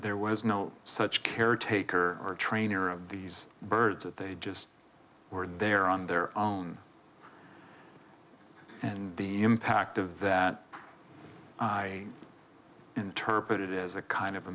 there was no such caretaker or trainer of these birds that they just were there on their own and the impact of that i interpreted it as a kind of a